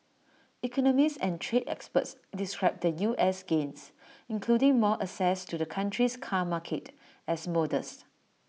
economists and trade experts described the U S gains including more access to the country's car market as modest